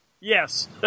Yes